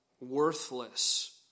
worthless